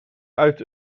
uit